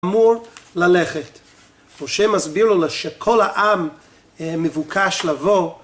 אמור ללכת. משה מסביר לו שכל העם מבוקש לבוא